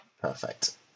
Perfect